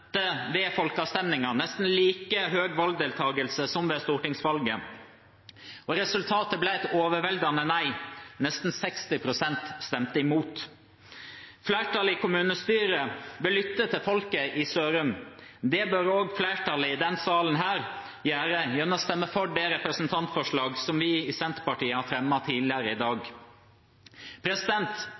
ved folkeavstemningen, nesten like høy valgdeltakelse som ved stortingsvalget. Resultatet ble et overveldende nei. Nesten 60 pst. stemte imot. Flertallet i kommunestyret vil lytte til folket i Sørum. Det bør også flertallet i denne salen gjøre gjennom å stemme for det representantforslaget som vi i Senterpartiet har fremmet tidligere i dag.